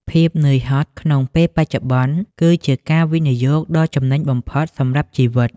ភាពនឿយហត់ក្នុងពេលបច្ចុប្បន្ន គឺជាការវិនិយោគដ៏ចំណេញបំផុតសម្រាប់ជីវិត។